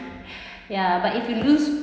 ya but if you lose